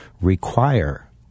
require